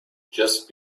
just